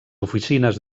oficines